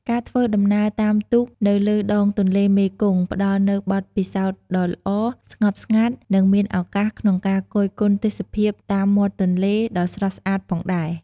ការធ្វើដំណើរតាមទូកនៅលើដងទន្លេមេគង្គផ្តល់នូវបទពិសោធន៍ដ៏ល្អ ស្ងប់ស្ងាត់ និងមានឱកាសក្នុងការគយគន់ទេសភាពតាមមាត់ទន្លេ ដ៏ស្រស់ស្អាតផងដែរ ។